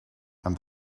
and